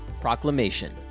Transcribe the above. Proclamation